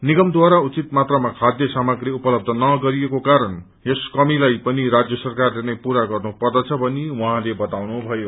निगमद्वारा उचित मात्रामा खाध्य सामाग्री उपलब्ध नगरिएको कारण यस कमीलाई पनि राज्य सरकारले नै पूरा गर्नु पर्दछ भनी उहाँले बताउनुभयो